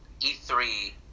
E3